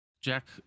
Jack